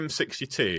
M62